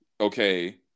okay